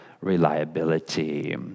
reliability